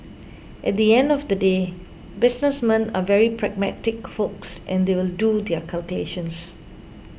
at the end of the day businessmen are very pragmatic folks and they'll do their calculations